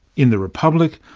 in the republic,